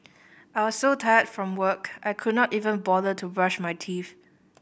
I was so tired from work I could not even bother to brush my teeth